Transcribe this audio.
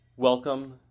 Welcome